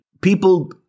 people